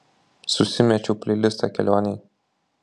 susimečiau pleilistą kelionei